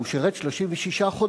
אם הוא שירת 36 חודשים,